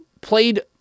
played